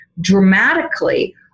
dramatically